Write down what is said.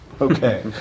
Okay